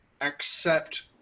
accept